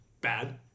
Bad